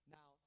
Now